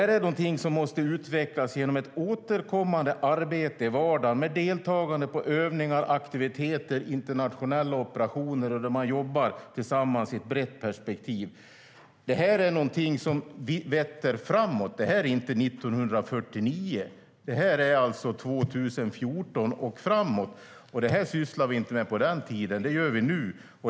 Det är något som måste utvecklas genom ett återkommande arbete i vardagen med deltagande i övningar, aktiviteter och internationella operationer där man jobbar tillsammans med ett brett perspektiv. Det här är något som vetter framåt. Det här är inte 1949, utan det är 2014 och framåt. Det här sysslade vi inte med på den tiden, men det gör vi nu.